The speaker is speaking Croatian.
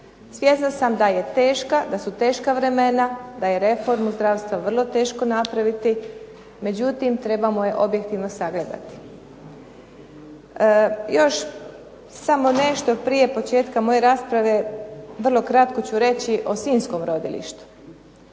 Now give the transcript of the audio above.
Svjesna sam da su teška vremena, da je reformu zdravstva vrlo teško napraviti, međutim trebamo je objektivno sagledati. Još samo nešto prije početka moje rasprave, vrlo kratko ću reći o sinjskom rodilištu.